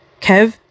Kev